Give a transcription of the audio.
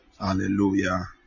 hallelujah